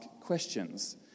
questions